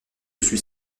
suis